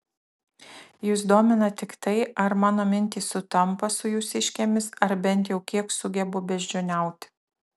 jus domina tik tai ar mano mintys sutampa su jūsiškėmis ar bent jau kiek sugebu beždžioniauti